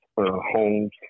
homes